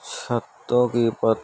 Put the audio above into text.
چھتوں کی پت